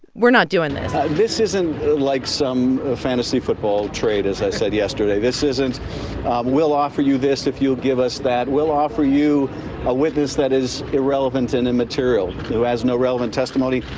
we're not doing this this isn't like some fantasy football trade, as i said yesterday. this isn't we'll offer you this if you give us that. we'll offer you a witness that is irrelevant and immaterial, who has no relevant testimony,